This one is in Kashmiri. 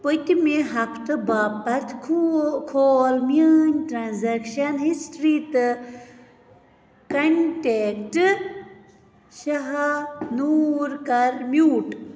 پٔتۍمہِ ہفتہٕ باپتھ کھوٗل کھول میٛٲنۍ ٹرٛانٛزیٚکشن ہِسٹری تہٕ کنٹیکٹہٕ شاہانوٗر کَر میٛوٗٹ